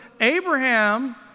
Abraham